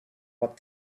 what